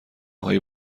هایی